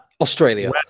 Australia